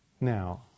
Now